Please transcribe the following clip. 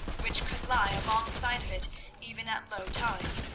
which could lie alongside of it even at low tide.